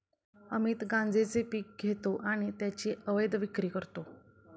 अमित गांजेचे पीक घेतो आणि त्याची अवैध विक्री करतो